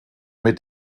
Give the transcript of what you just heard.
mit